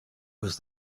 was